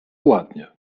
ładnie